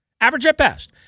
Average-at-best